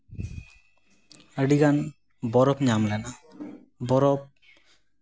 ᱟᱹᱰᱤᱜᱟᱱ ᱵᱚᱨᱚᱯ ᱧᱟᱢᱞᱮᱱᱟ ᱵᱚᱨᱚᱯ